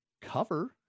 cover